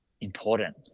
important